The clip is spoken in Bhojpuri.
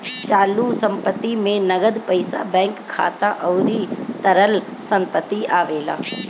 चालू संपत्ति में नगद पईसा बैंक खाता अउरी तरल संपत्ति आवेला